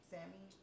Sammy